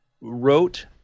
wrote